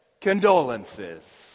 Condolences